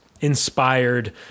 inspired